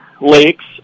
lakes